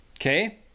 Okay